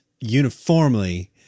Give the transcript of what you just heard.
uniformly